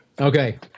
Okay